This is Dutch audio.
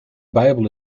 bijbel